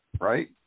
Right